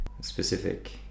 specific